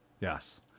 Yes